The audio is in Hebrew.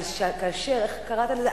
אבל כאשר, איך קראת לזה?